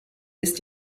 ist